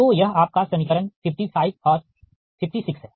तो यह आपका समीकरण 55 और 56 है